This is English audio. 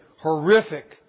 horrific